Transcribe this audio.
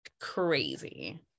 crazy